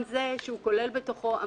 לפתוח את